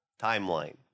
Timeline